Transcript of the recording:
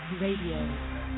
Radio